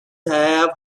have